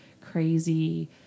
crazy